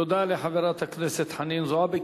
תודה לחברת הכנסת חנין זועבי.